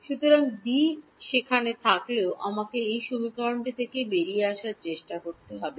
সুতরাং ডি সেখানে থাকলেও আমাকে এই সমীকরণটি থেকে বেরিয়ে আসার চেষ্টা করতে হবে